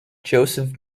joseph